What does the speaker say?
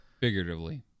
figuratively